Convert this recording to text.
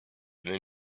than